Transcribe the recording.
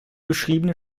beschriebene